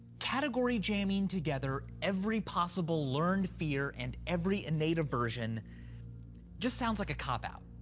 category jamming together every possible learned fear and every innate aversion just sounds like a cop-out.